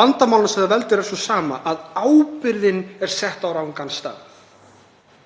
vandamálsins sem það veldur er sú sama, að ábyrgðin er sett á rangan stað.